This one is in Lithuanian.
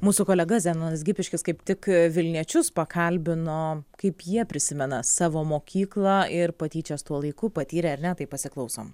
mūsų kolega zenonas gipiškis kaip tik vilniečius pakalbino kaip jie prisimena savo mokyklą ir patyčias tuo laiku patyrę ar ne tai pasiklausom